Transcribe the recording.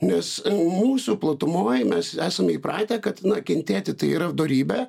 nes mūsų platumoj mes esam įpratę kad na kentėti tai yra dorybė